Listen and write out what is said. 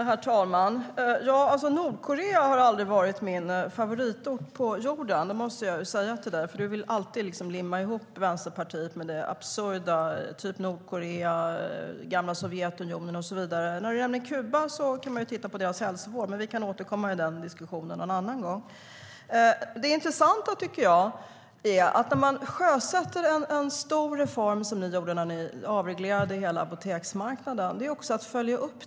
Herr talman! Nordkorea har aldrig varit min favoritort på jorden. Det måste jag säga till dig, för du vill alltid liksom limma ihop Vänsterpartiet med det absurda, typ Nordkorea och gamla Sovjetunionen. När det gäller Kuba kan man titta på deras hälsovård, men den diskussionen kan vi återkomma till någon annan gång. När man sjösätter en stor reform, som ni gjorde när ni avreglerade hela apoteksmarknaden, behöver man följa upp.